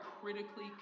critically